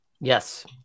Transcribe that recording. Yes